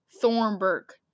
Thornburg